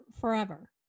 forever